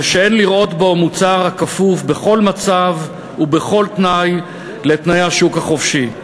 ושאין לראות בו מוצר הכפוף בכל מצב ובכל תנאי לתנאי השוק החופשי.